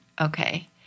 Okay